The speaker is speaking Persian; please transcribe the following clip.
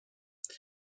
اسکله